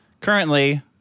Currently